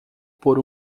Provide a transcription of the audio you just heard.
por